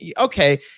okay